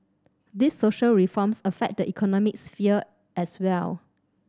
these social reforms affect the economic sphere as well